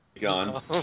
Gone